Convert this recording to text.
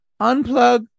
unplug